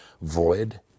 void